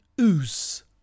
Ooze